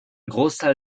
großteil